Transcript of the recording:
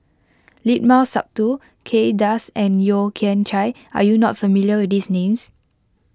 Limat Sabtu Kay Das and Yeo Kian Chye are you not familiar with these names